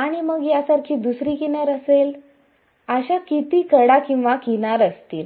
आणि मग यासारखी दुसरी किनार असेल अशा कडा किती आहेत